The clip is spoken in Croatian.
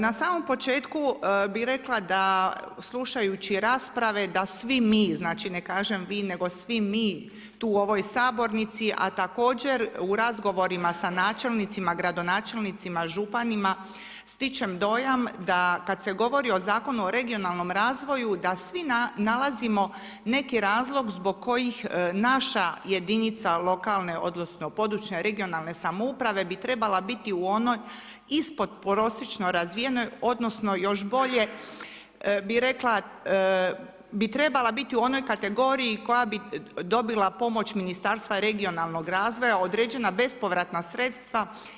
Na samom početku bih rekla da slušajući rasprave da svi mi, znači ne kažem vi nego svi mi tu u ovoj sabornici, a također u razgovorima sa načelnicima, gradonačelnicima, županima stičem dojam da kad se govori o Zakonu o regionalnom razvoju da svi nalazimo neki razlog zbog kojih naša jedinica lokalne odnosno područne (regionalne samouprave) bi trebala biti u onoj ispod prosječno razvijenoj, odnosno još bolje bih rekla bi trebala biti u onoj kategoriji koja bi dobila pomoć Ministarstva regionalnog razvoja određena bespovratna sredstva.